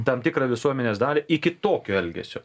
tam tikrą visuomenės dalį iki tokio elgesio